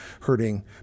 hurting